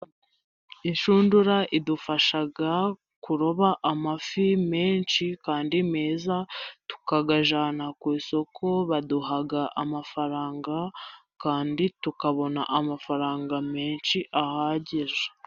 Inshundura idufasha kuroba amafi menshi kandi meza, tukayajyana ku isoko baduha amafaranga. Kandi tukabona amafaranga menshi ahagije.